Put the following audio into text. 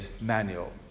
manual